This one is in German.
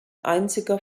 einziger